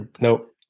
Nope